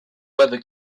where